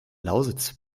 lausitz